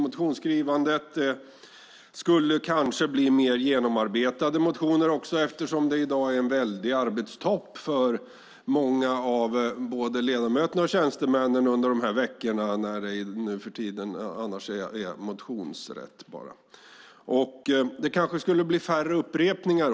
Kanske skulle det bli mer genomarbetade motioner. Som det är i dag blir det en stor arbetstopp för många ledamöter och tjänstemän under veckorna med motionsrätt. Kanske skulle det också bli färre upprepningar.